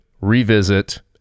revisit